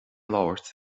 labhairt